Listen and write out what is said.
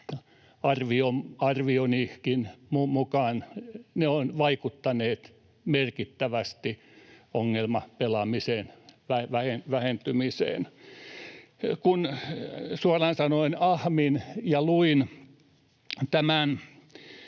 arvionikin mukaan ne ovat vaikuttaneet merkittävästi ongelmapelaamisen vähentymiseen. Kun suoraan sanoen ahmin ja luin tämän